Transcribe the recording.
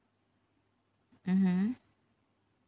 mmhmm